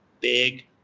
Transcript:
big